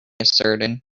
asserted